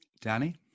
danny